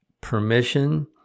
permission